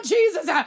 Jesus